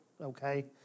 okay